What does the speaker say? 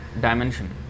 dimension